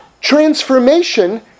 transformation